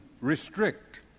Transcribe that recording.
restrict